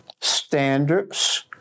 standards